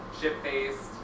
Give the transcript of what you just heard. chip-faced